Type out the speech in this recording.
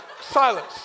silence